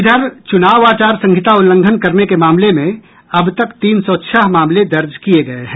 इधर चुनाव आचार संहिता उल्लंघन करने के मामले में अब तक तीन सौ छह मामले दर्ज किये गये हैं